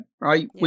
right